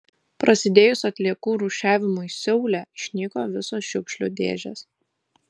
prasidėjus atliekų rūšiavimui seule išnyko visos šiukšlių dėžės